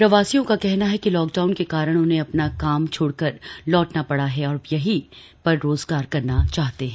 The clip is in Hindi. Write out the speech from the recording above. प्रवासियों का कहना है कि लॉकडाउन के कारण उन्हें अपना काम छोड़कर लौटना पड़ा है और अब यही पर रोजगार करना चाहते हैं